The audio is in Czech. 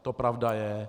To pravda je.